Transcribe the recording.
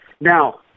Now